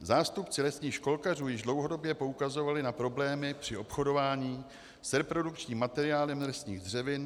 Zástupci lesních školkařů již dlouhodobě poukazovali na problémy při obchodování s reprodukčním materiálem lesních dřevin.